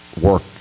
work